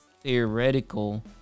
theoretical